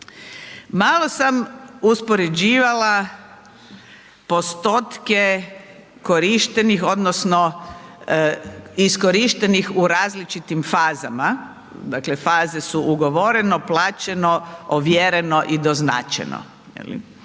Malo sam uspoređivala postotke korištenih iskorištenih u različitim fazama, dakle, faze su ugovoreno, plaćeno, ovjereno i doznačeno.